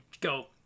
go